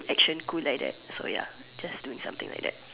action cool like that so ya just doing something like that